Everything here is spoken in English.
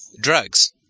drugs